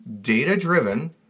data-driven